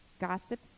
gossip